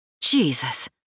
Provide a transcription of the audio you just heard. Jesus